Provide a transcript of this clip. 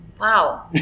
Wow